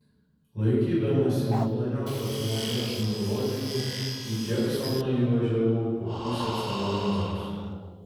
laikydamasi maloniosios moters nurodymų į džeksoną įvažiavau po pusės valandos